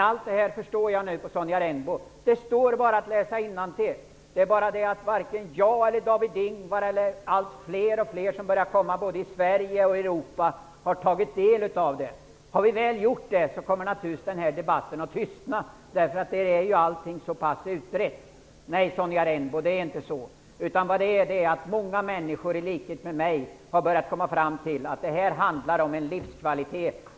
Allt detta, förstår jag nu på Sonja Rembo, kan man läsa innantill. Men varken jag eller David Ingvar eller andra både i Sverige och i Europa i övrigt har tagit del av materialet. När vi väl har gjort det, kommer naturligtvis denna debatt att tystna. Allting är ju så pass utrett. Nej, Sonja Rembo, det är inte så. Många människor i likhet med mig har kommit fram till att det handlar om livskvalitet.